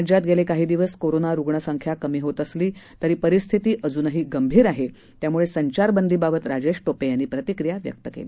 राज्यात गेले काही दिवस कोरोना रुग्णसंख्या कमी होत असली तरी परिस्थिती अजूनही गंभीर आहे त्यामुळे संचारबंदीबाबत राजेश टोपे यांनी प्रतिक्रिया व्यक्त केली